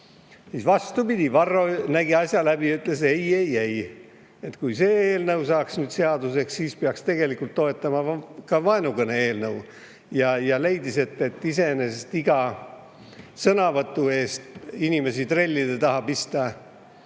vastupidi, Varro nägi asja läbi ja ütles: "Ei, ei, ei. Kui see eelnõu saaks seaduseks, siis peaks tegelikult toetama ka vaenukõne eelnõu," ja leidis, et iseenesest iga sõnavõtu eest inimesi trellide taha pista,